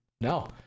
no